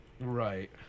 right